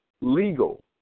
legal